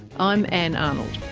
i'm ann arnold.